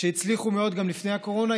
שהצליחו מאוד גם לפני הקורונה,